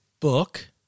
Book